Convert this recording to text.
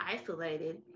isolated